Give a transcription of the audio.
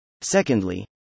Secondly